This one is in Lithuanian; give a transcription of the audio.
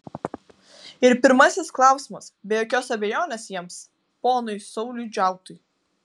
ir pirmasis klausimas be jokios abejonės jiems ponui sauliui džiautui